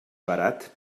barat